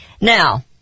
Now